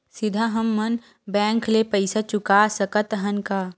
सीधा हम मन बैंक ले पईसा चुका सकत हन का?